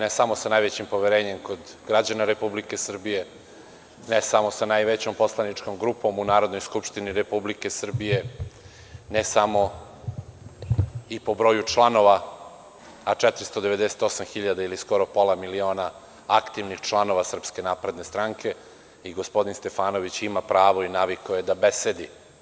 Ne samo sa najvećim poverenjem kod gađana Republike Srbije, ne samo sa najvećom poslaničkom grupom u Narodnoj skupštini Republike Srbije, ne samo i po broju članova, a 498.000 je ili skoro pola miliona aktivnih članova Srpske napredne stranke i gospodin Stefanović ima pravo i navikao je da besedi.